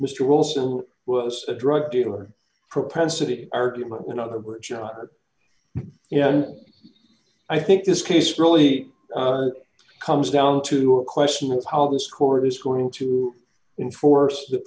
mister wilson was a drug dealer propensity argument and other you know and i think this case really comes down to a question of how this court is going to enforce th